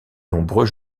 nombreux